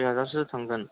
सइ हाजारसो थांगोन